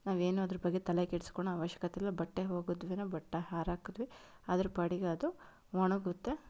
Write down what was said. ನಾವೇನೂ ಅದರ ಬಗ್ಗೆ ತಲೆ ಕೆಡ್ಸ್ಕೊಳೋ ಅವಶ್ಯಕತೆ ಇಲ್ಲ ಬಟ್ಟೆ ಒಗದ್ವಿ ಬಟ್ಟೆ ಆರ ಹಾಕದ್ವಿ ಅದರ ಪಾಡಿಗೆ ಅದು ಒಣಗುತ್ತೆ